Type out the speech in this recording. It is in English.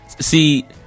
See